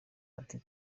ati